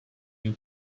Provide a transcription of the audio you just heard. you